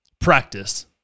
practice